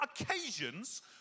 occasions